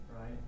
right